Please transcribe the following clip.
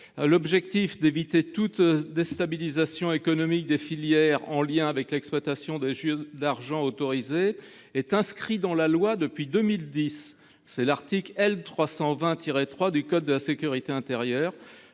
L’objectif d’éviter toute déstabilisation économique des filières en lien avec l’exploitation de jeux d’argent autorisés est inscrit dans la loi depuis 2010, à l’article L. 320 3 du code de la sécurité intérieure.